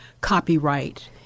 copyright